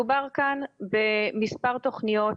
מדובר כאן במספר תוכניות